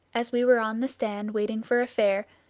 as we were on the stand waiting for a fare,